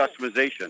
customization